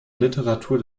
literatur